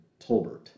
Tolbert